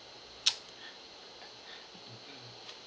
mmhmm